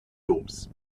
doms